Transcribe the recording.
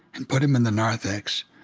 and put them in the narthex,